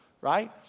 right